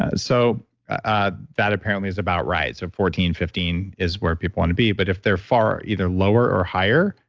ah so ah that apparently is about right, so fourteen, fifteen is where people want to be, but if they're far either lower or higher,